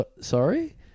sorry